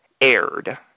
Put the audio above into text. aired